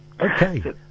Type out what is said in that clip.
Okay